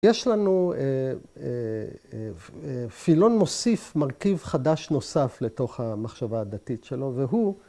‫יש לנו... פילון מוסיף, ‫מרכיב חדש נוסף ‫לתוך המחשבה הדתית שלו, ‫והוא...